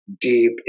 deep